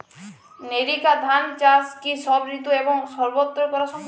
NERICA ধান চাষ কি সব ঋতু এবং সবত্র করা সম্ভব?